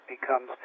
becomes